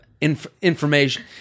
information